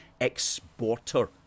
exporter